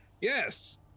Yes